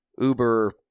uber